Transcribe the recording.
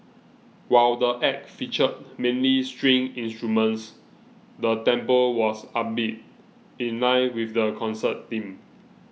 while the Act featured mainly string instruments the tempo was upbeat in line with the concert theme